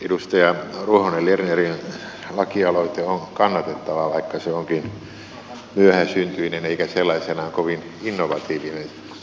edustaja ruohonen lernerin lakialoite on kannatettava vaikka se onkin myöhäsyntyinen eikä sellaisenaan kovin innovatiivinen